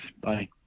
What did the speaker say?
Bye